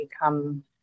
become